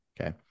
Okay